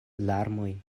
larmoj